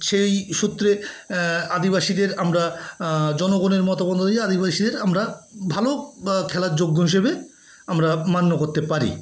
সেই সূত্রে আদিবাসীদের আমরা জনগণের মত অনুযায়ী আদিবাসীদের আমরা ভালো খেলার যোগ্য হিসেবে আমরা মান্য করতে পারি